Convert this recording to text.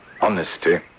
Honesty